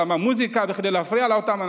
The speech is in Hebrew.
שמה מוזיקה כדי להפריע לאותם אנשים.